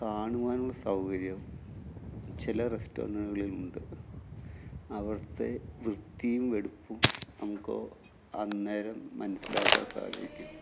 കാണുവാനുള്ള സൗകര്യം ചില റെസ്റ്റോറൻറ്റുകളിലുണ്ട് അവിടത്തെ വൃത്തിയും വെടിപ്പും നമുക്ക് അന്നേരം മനസ്സിലാക്കാന് സാധിക്കും